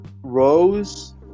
rose